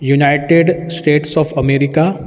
United States of America